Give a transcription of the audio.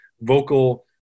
vocal